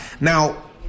Now